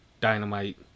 Dynamite